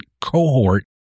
cohort